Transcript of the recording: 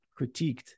critiqued